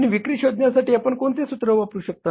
आणि विक्री शोधण्यासाठी आपण कोणते सूत्र वापरू शकता